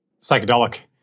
psychedelic